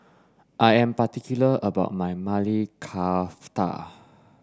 I am particular about my Maili Kofta